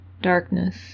Darkness